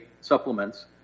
supplements